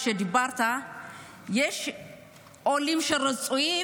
כשדיברת על כך שיש עולים רצויים,